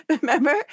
remember